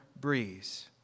breeze